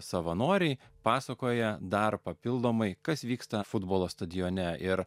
savanoriai pasakoja dar papildomai kas vyksta futbolo stadione ir